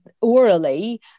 orally